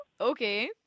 Okay